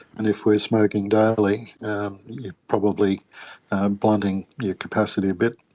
and if we are smoking daily, you're probably blunting your capacity a bit,